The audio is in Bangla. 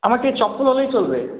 আমার ঠিক শক্ত হলেই চলবে